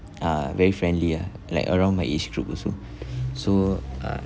uh very friendly ah like around my age group also so uh